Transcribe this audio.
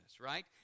right